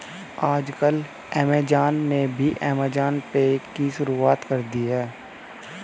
आजकल ऐमज़ान ने भी ऐमज़ान पे की शुरूआत कर दी है